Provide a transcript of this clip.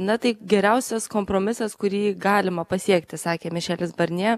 na tai geriausias kompromisas kurį galima pasiekti sakė mišelis barnjė